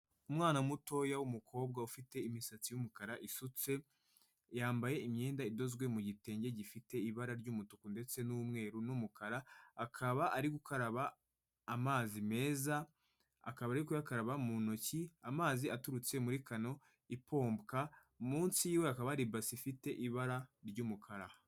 Umwana mutoya w'umukobwa ufite imisatsi y'umukara isutse, yambaye imyenda idozwe mu gitenge gifite ibara ry'umutuku ndetse n'umweru, n'umukara, akaba ari gukaraba amazi meza, akaba ari kuyakaraba mu ntoki amazi aturutse muri kano ipompwa, munsi y'iwe akaba hari ibasi ifite ibara ry'umukara.